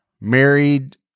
married